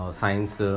science